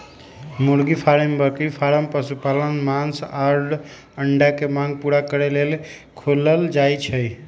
मुर्गी फारम बकरी फारम पशुपालन मास आऽ अंडा के मांग पुरा करे लेल खोलल जाइ छइ